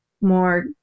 more